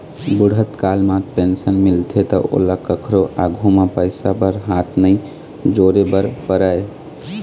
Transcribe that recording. बूढ़त काल म पेंशन मिलथे त ओला कखरो आघु म पइसा बर हाथ नइ जोरे बर परय